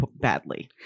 badly